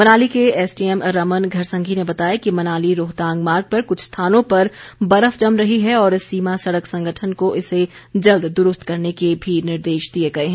मनाली के एसडीएम रमन घरसंघी ने बताया कि मनाली रोहतांग मार्ग पर कुछ स्थानों पर बर्फ जम रही है और सीमा सड़क संगठन को इसे जल्द दुरूस्त करने के भी निर्देश दिए गए हैं